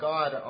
God